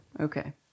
Okay